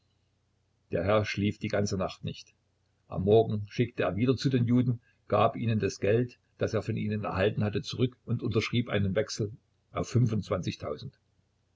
der herr schlief die ganze nacht nicht am morgen schickte er wieder zu den juden gab ihnen das ganze geld das er von ihnen erhalten hatte zurück und unterschrieb einen wechsel auf fünfundzwanzigtausend